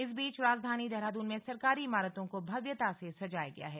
इस बीच राजधानी देहरादून में सरकारी इमारतों को भव्यता से सजाया गया है